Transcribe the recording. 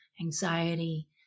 anxiety